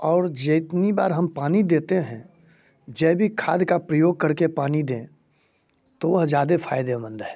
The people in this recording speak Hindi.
और जितनी बार हम पानी देते हैं जैविक खाद का प्रयोग करके पानी दें तो वह ज़्यादा फायदेमंद है